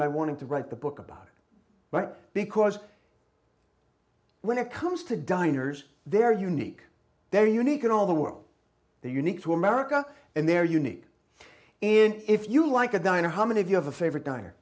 my wanting to write the book about it but because when it comes to diners they're unique they're unique in all the world they're unique to america and they're unique in if you like a diner how many of you have a favorite di